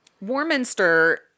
Warminster